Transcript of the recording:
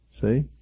See